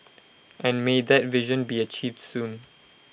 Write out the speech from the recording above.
and may that vision be achieved soon